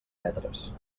metres